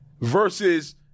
Versus